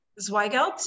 Zweigelt